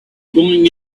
going